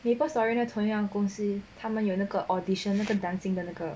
Maplestory 那个同样公司他们有那个 audition 那个 dancing 的那个